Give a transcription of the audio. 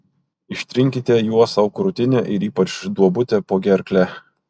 ištrinkite juo sau krūtinę ir ypač duobutę po gerkle